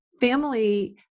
family